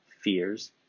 fears